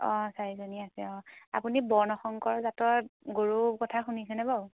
অঁ চাৰিজনী আছে অঁ আপুনি বৰ্ণ শংকৰ জাতৰ গৰুৰ কথা শুনিছেনে বাৰু